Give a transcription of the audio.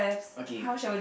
okay